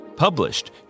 Published